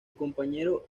compañero